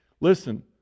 Listen